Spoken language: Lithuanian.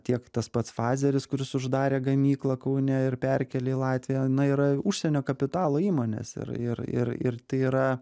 tiek tas pats fazeris kuris uždarė gamyklą kaune ir perkėlė į latviją na yra užsienio kapitalo įmonės ir ir ir ir tai yra